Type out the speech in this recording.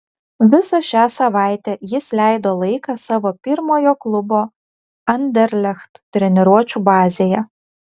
visą šią savaitę jis leido laiką savo pirmojo klubo anderlecht treniruočių bazėje